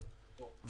בוקר טוב לכולם,